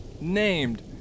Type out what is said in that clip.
named